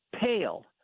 pale